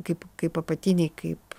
kaip kaip apatiniai kaip